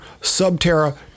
Subterra